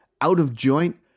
out-of-joint